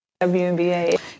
WNBA